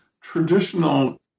traditional